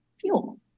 fuel